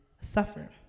suffer